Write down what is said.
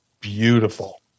beautiful